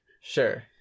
sure